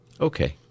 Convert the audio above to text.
Okay